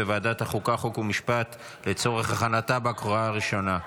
חוק ומשפט לצורך הכנתה לקריאה הראשונה.